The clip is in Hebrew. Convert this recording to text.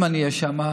אם אני אהיה שם,